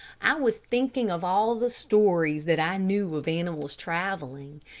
i was thinking of all the stories that i knew of animals traveling.